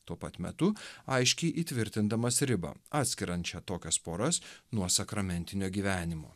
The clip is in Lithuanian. tuo pat metu aiškiai įtvirtindamas ribą atskiriančią tokias poras nuo sakramentinio gyvenimo